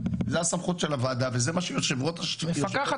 זו הסמכות של הוועדה וזה מה שיושבת ראש